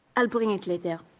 i'll bring it later.